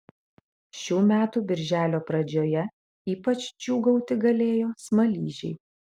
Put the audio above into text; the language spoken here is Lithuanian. šių metų birželio pradžioje ypač džiūgauti galėjo smaližiai